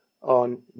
on